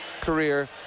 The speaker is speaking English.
career